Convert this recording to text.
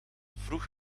vroeg